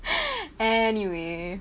anyway